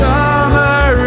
Summer